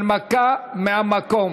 הנמקה מהמקום.